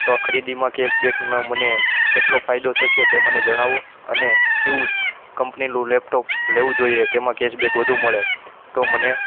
તો આ ખરીદીમાં કેશબેકમાં મને કેટલો ફાયદો થશે તે મને જણાવો અને કઈ કંપનીનું લેપટોપ લેવું જોઈએ તેમાં કેશબેક વધુ મળે તો મને